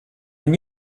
and